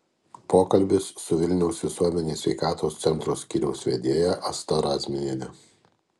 pokalbis su vilniaus visuomenės sveikatos centro skyriaus vedėja asta razmiene